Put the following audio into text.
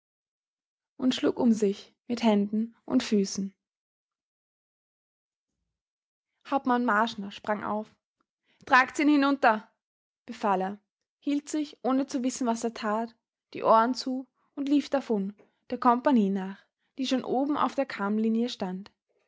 und schlug um sich mit händen und füßen hauptmann marschner sprang auf tragt's ihn hinunter befahl er hielt sich ohne zu wissen was er tat die ohren zu und lief davon der kompagnie nach die schon oben auf der kammlinie stand